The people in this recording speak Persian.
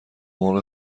مرغ